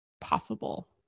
possible